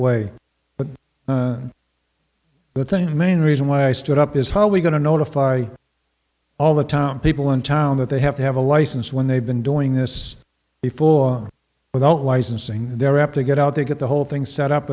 way but the thing the main reason why i stood up is how are we going to notify all the town people in town that they have to have a license when they've been doing this before without licensing they're up to get out there get the whole thing set up